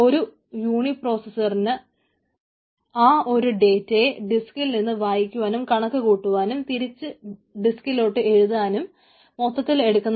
ഒരു യൂണിപ്രോസസറിന് ആക്കി മാറ്റുന്നു